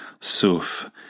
Suf